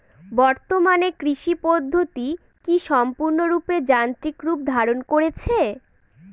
বর্তমানে কৃষি পদ্ধতি কি সম্পূর্ণরূপে যান্ত্রিক রূপ ধারণ করেছে?